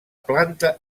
planta